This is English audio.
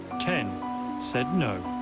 ten said no.